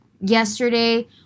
yesterday